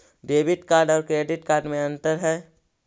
Debit card और credit card में अन्तर है?